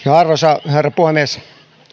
arvoisa herra puhemies